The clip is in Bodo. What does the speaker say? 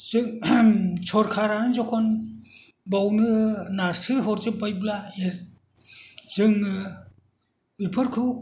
जों सरखारा जेब्ला बेयावनो नारसो हरजोब्बायब्ला जोङो बेफोरखौ